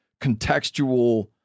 contextual